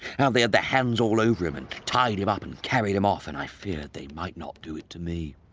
how they had their hands all over him and tied him up and carried him off, and i feared they might not do it to me.